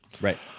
right